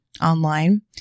online